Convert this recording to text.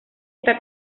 está